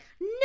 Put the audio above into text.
no